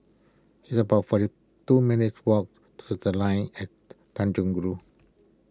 it's about forty two minutes' walk to the Line At Tanjong Rhu